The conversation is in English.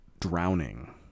drowning